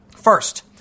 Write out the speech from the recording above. First